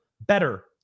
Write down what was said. better